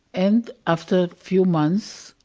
and after few months,